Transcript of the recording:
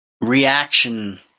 reaction